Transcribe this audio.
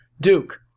Duke